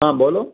હા બોલો